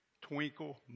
twinkle